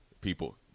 people